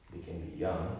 they can be young